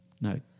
no